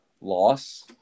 loss